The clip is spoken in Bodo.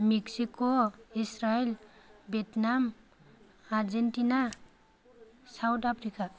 Mexico Israel Vietnam Argentina South Africa